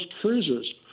cruisers